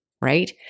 right